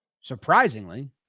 Surprisingly